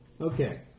Okay